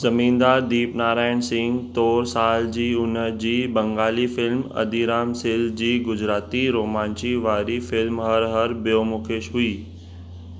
ज़मींदार दीपनारायण सिंह तौर साल जी उन जी बंगाली फ़िल्म अदिराम सिल जी गुजराती रोमांची वारी फ़िल्म हर हर ब्योमुकेश हुई